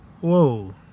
whoa